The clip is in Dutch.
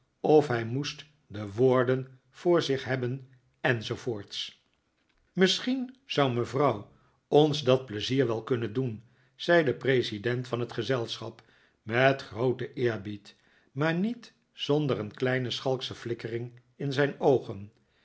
of hij moest de woorden voor zich hebben en zoo voorts misschien zou mevrouw ons dat pleizier wel kunnen doen zei de president van het gezelschap met grooten eerbied maar niet zonder een kleine schalksche flikkering in zijn oog